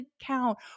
account